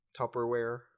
Tupperware